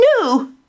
No